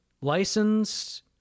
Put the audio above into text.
Licensed